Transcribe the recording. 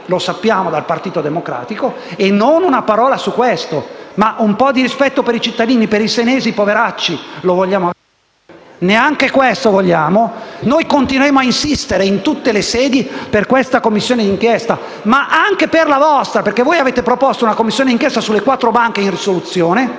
lo sappiamo - dal Partito Democratico e neanche una parola su questo. Ma un po' di rispetto per i cittadini e per i senesi poveracci lo vogliamo avere? Neanche questo vogliamo? Noi continueremo ad insistere in tutte le sedi per l'istituzione di questa Commissione d'inchiesta, ma anche per la vostra perché voi avete proposto una Commissione d'inchiesta sulle quattro banche in risoluzione